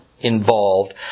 involved